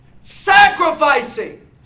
Sacrificing